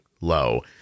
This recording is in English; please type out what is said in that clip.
low